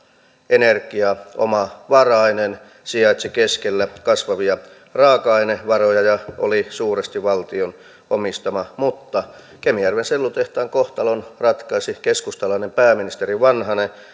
energiaomavarainen sijaitsi keskellä kasvavia raaka ainevaroja ja oli suuresti valtion omistama mutta kemijärven sellutehtaan kohtalon ratkaisi keskustalainen pääministeri vanhanen